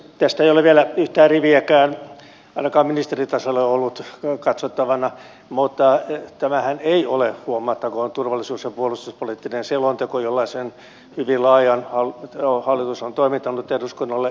tästä ei ole vielä yhtään riviäkään ainakaan ministeritasolla ollut katsottavana mutta tämähän ei ole huomattakoon turvallisuus ja puolustuspoliittinen selonteko jollaisen hyvin laajan hallitus on toimittanut eduskunnalle ja eduskunta käsitellyt